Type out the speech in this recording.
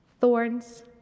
thorns